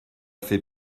fait